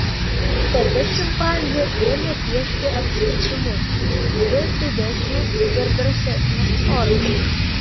tada šimpanzė ėmė piešti apskritimus vis didesnes ir drąsesnes formas